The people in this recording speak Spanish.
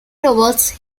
robots